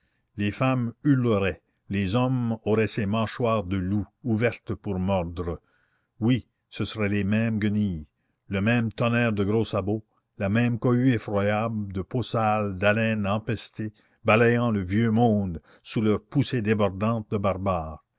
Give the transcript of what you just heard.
les femmes hurleraient les hommes auraient ces mâchoires de loups ouvertes pour mordre oui ce seraient les mêmes guenilles le même tonnerre de gros sabots la même cohue effroyable de peau sale d'haleine empestée balayant le vieux monde sous leur poussée débordante de barbares